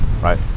right